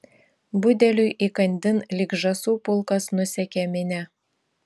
budeliui įkandin lyg žąsų pulkas nusekė minia